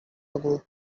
ago